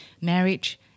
marriage